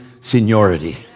seniority